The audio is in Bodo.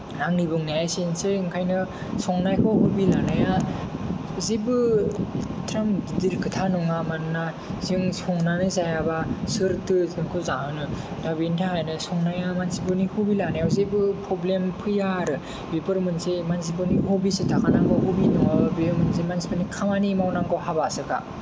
आंनि बुंनाया एसेनोसै ओंखायनो संनायखौ हबि लानाया जेबो एथ्राम गिदिर खोथा नङा मानोना जों संनानै जायाबा सोरथो जोंखौ जाहोनो दा बेनि थाखायनो संनाया मानसिफोरनि हबि लानायाव जेबो फ्रब्लेम फैया आरो बेफोर मोनसे मानसिफोरनि हबसो थाखानांगौ हबि नङाबा बेयो मोनसे मानसिफोरनि खामानि मावनांगौ हाबासोखा